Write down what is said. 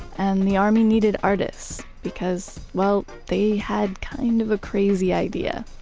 and the army needed artists because, well, they had kind of a crazy idea